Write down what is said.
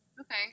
Okay